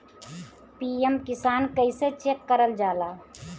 PM Kisan कइसे check करल जाला?